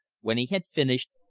when he had finished,